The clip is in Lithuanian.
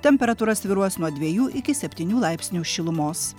temperatūra svyruos nuo dvejų iki septynių laipsnių šilumos